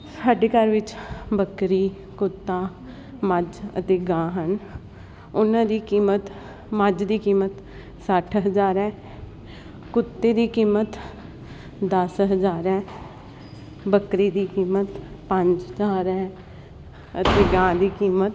ਸਾਡੇ ਘਰ ਵਿੱਚ ਬੱਕਰੀ ਕੁੱਤਾ ਮੱਝ ਅਤੇ ਗਾਂ ਹਨ ਉਹਨਾਂ ਦੀ ਕੀਮਤ ਮੱਝ ਦੀ ਕੀਮਤ ਸੱਠ ਹਜਾਰ ਕੁੱਤੇ ਦੀ ਕੀਮਤ ਦਸ ਹਜਾਰ ਬੱਕਰੀ ਦੀ ਕੀਮਤ ਪੰਜ ਚਾਰ ਹੈ ਅਤੇ ਗਾਂ ਦੀ ਕੀਮਤ